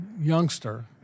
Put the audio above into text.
youngster